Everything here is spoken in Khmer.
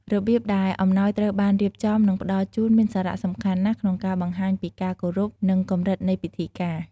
របៀបដែលអំណោយត្រូវបានរៀបចំ និងផ្តល់ជូន មានសារៈសំខាន់ណាស់ក្នុងការបង្ហាញពីការគោរព និងកម្រិតនៃពិធីការ។